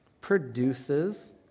produces